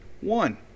One